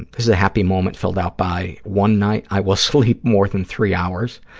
and this is a happy moment filled out by one night i will sleep more than three hours.